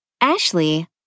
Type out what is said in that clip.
Ashley